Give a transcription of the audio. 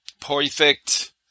Perfect